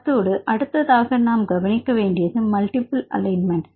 அதோடு அடுத்ததாக நாம் கவனிக்க வேண்டியது மல்டிபிள் அலைன்மெண்ட்